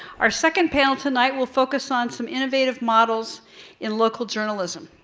our second panel tonight will focus on some innovative models in local journalism.